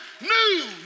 new